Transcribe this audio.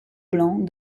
blanc